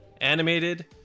animated